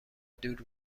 دور